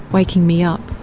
waking me up.